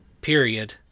period